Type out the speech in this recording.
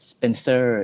Spencer